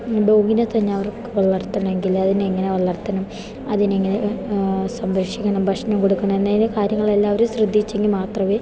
ഡോഗിനെ തന്നെ അവർക്ക് വളർത്തണമെങ്കിൽ അതിനെ എങ്ങനെ വളർത്തണം അതിനെങ്ങനെ സംരക്ഷിക്കണം ഭക്ഷണം കൊടുക്കണം എന്നിങ്ങനെ കാര്യങ്ങളെല്ലാവരും ശ്രദ്ധിച്ചെങ്കിൽ മാത്രമേ